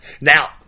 Now